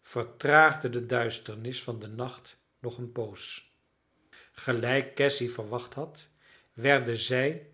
vertraagde de duisternis van den nacht nog een poos gelijk cassy verwacht had werden zij